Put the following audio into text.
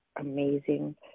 amazing